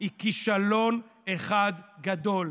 היא כישלון אחד גדול.